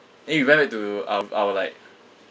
then we went into um our like